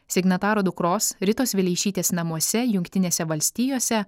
signataro dukros ritos vileišytės namuose jungtinėse valstijose